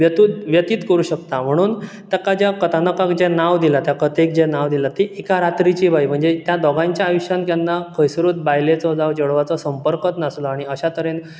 व्यतूत व्यतीत करूंक शकता म्हणून तेका ज्या कथानकाक जें नांव दिलां त्या कथेक जें नांव दिलां ती एका रात्रिची बाई म्हणजे त्या दोगायच्या आयुश्यान जेन्ना खंयसरूच बायलेचो जांव चेडवाचो संपर्कूच नासलो आनी अश्या तरेन